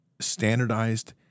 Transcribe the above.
standardized